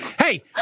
hey